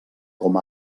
com